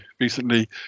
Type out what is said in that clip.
recently